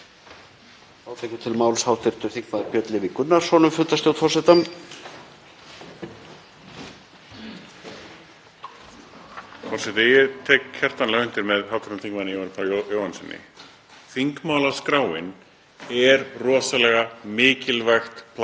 Þingmálaskráin er rosalega mikilvægt plagg